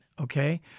okay